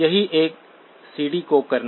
यही एक सीडी को करना है